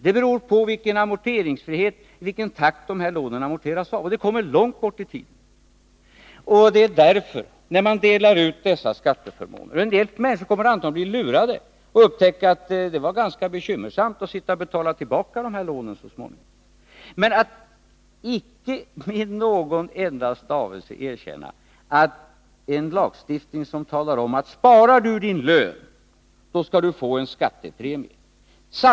Det beror på tiden för amorteringsfriheten och i vilken takt lånen betalas av. Det ligger emellertid långt fram i tiden. En del människor kommer antagligen att bli lurade och upptäcka att det är ganska bekymmersamt att så småningom betala tillbaka de här lånen. Vi har en lagstiftning som säger att om du sparar av din lön skall du få en skattepremie.